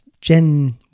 Gen